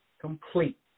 complete